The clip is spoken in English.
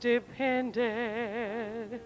Depended